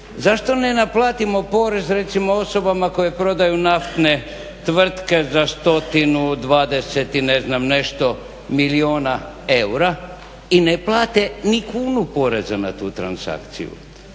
zašto ne naplatimo porez recimo osobama koje prodaju naftne tvrtke za stotinu 20 i ne znam nešto milijuna eura i ne plate ni kunu poreza na tu transakciju.